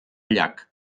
llac